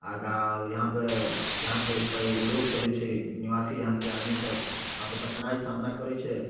आगा आओर इहाँपर इहाँके परि लोक सभ जे छै निवासी इहाँके आदमी सभ उहाँपर कठिनाइ सामना करै छै